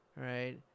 Right